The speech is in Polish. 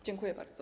Dziękuję bardzo.